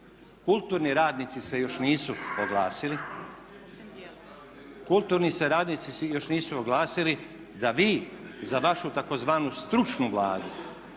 kulturni se radnici još nisu oglasili da vi za vašu tzv. stručnu Vladu,